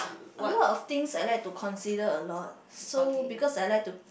a lot of things I like to consider a lot so because I like to